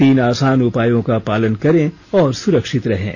तीन आसान उपायों का पालन करें और सुरक्षित रहें